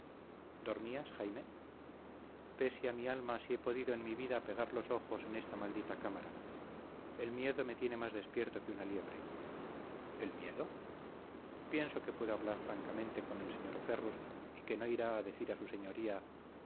dormías jaime pesia mi alma si he podido en mi vida pegar los ojos en esta maldita cámara el miedo me tiene más despierto que una liebre el miedo pienso que puedo hablar francamente con el señor ferrus y que no irá a decir a su señoría